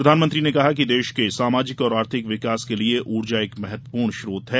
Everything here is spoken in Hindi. प्रधानमंत्री ने कहा कि देश के सामाजिक और आर्थिक विकास के लिए ऊर्जा एक महत्वपूर्ण स्रोत है